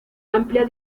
amplia